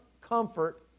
comfort